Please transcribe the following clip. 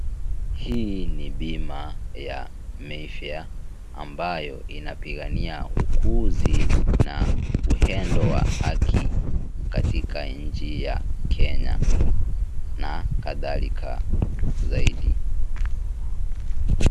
Hii ni bima ya Mayfair ambayo inapigania ukuzi na uhendo wa haki katika nchi ya Kenya, na kadhalika, zaidi.